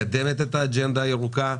מקדמת את האג'נדה הירוקה,